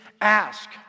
ask